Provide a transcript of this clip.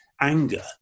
anger